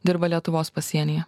dirba lietuvos pasienyje